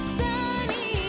sunny